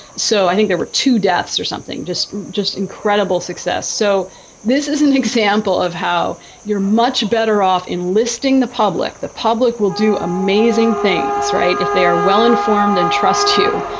so i think there were two deaths or something. just just incredible success. so this is an example of how you're much better off enlisting the public. the public will do amazing things, right, if they are well-informed and trust, too.